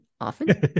often